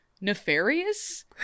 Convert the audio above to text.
nefarious